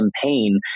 campaign